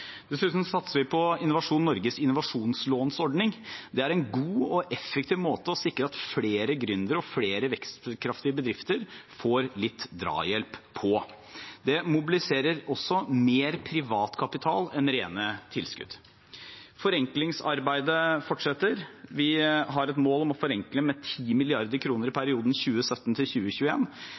Dessuten satser vi på Innovasjon Norges innovasjonslånsordning. Det er en god og effektiv måte å sikre at flere gründere og flere vekstkraftige bedrifter får litt drahjelp, på. Det mobiliserer også mer privat kapital enn rene tilskudd. Forenklingsarbeidet fortsetter. Vi har et mål om å forenkle med 10 mrd. kr i perioden 2017–2021. Det skal redusere bedriftenes tid og kostnader til